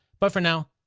but for now,